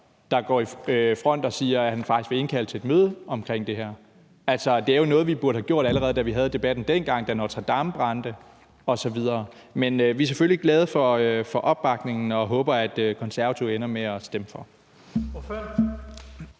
går i front og siger, at han faktisk vil indkalde til et møde omkring det her. Det er jo noget, vi burde have gjort, allerede da vi havde debatten, da Notre Dame brændte. Men vi er selvfølgelig glade for opbakningen og håber, at Konservative ender med at stemme for.